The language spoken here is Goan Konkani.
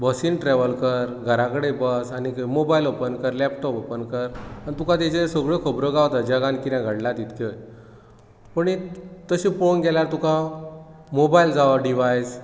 बसीन ट्रॅवल कर घरा कडेन बस आनी खंय मोबायल ऑपन कर लॅपटॉप ऑपन कर आनी तुका तेजेर सगळ्यो खबरो गावतात जगांत कितें घडला तितक्योय पूण एक तशें पळोवंक गेल्यार तुका मोबायल जावो डिवायस